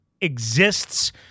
exists